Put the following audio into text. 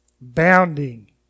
bounding